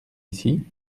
ici